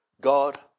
God